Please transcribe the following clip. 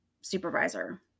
supervisor